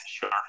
sure